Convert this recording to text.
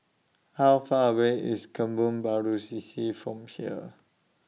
How Far away IS Kebun Baru C C from here